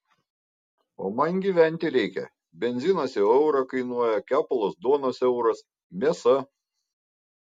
o man gyventi reikia benzinas jau eurą kainuoja kepalas duonos euras mėsa